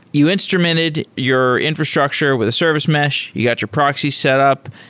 you instrumented your infrastructure with a service mesh, you got your proxies set up,